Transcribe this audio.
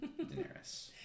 Daenerys